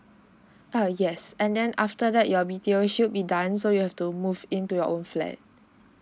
err yes and then after that your B_T_O should be done so you have to move into your own flat